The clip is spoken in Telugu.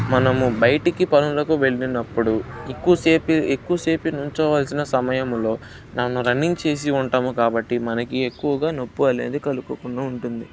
మనము బయటికి పనులకు వెళ్ళినప్పుడు ఎక్కువసేపు ఎక్కువసపు నుంచోవలసిన సమయంలో నన్న రన్నింగ్ చేసి ఉంటాము కాబట్టి మనకి ఎక్కువగా నొప్పి అనేది కలుగకుండా ఉంటుంది